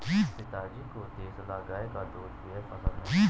पिताजी को देसला गाय का दूध बेहद पसंद है